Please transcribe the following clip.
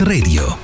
Radio